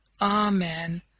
Amen